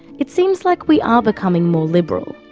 it seems like we are becoming more liberal.